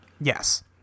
Yes